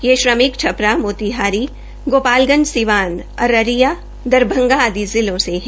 ये श्रमिक छपरा मोतीहार गोपालगंज सिवान अररिया दरभंगा आदि जिलों से है